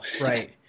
right